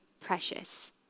precious